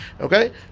Okay